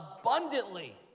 abundantly